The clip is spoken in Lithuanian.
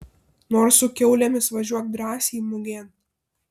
nors su kiaulėmis važiuok drąsiai mugėn